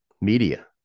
media